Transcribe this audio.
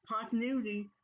Continuity